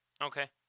Okay